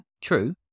true